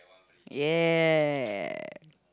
ya